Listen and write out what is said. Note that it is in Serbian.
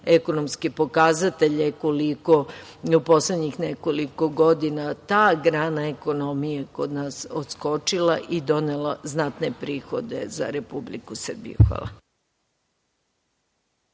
ekonomske pokazatelje koliko je u poslednjih nekoliko godina ta grana ekonomije kod nas odskočila i donela znatne prihode za Republiku Srbiju. Hvala.